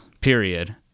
Period